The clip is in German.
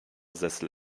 sessel